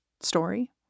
story